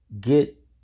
Get